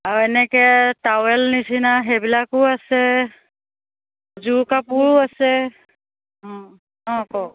আৰু এনেকে টাৱেল নিচিনা সেইবিলাকো আছে যোৰ কাপোৰো আছে অঁ অঁ কওক